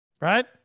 Right